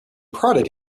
prodded